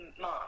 mom